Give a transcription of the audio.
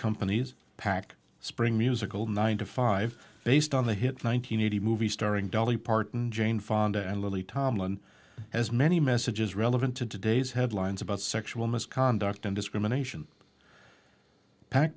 companies pack spring musical nine to five based on the hit one nine hundred eighty movie starring dolly parton jane fonda and lily tomlin as many messages relevant to today's headlines about sexual misconduct and discrimination pac